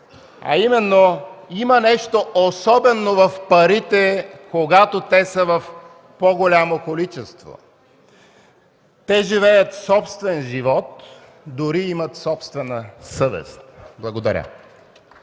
а именно: „Има нещо особено в парите, когато те са в по-голямо количество. Те живеят собствен живот, дори имат собствена съвест.” Благодаря.